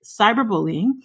cyberbullying